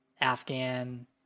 Afghan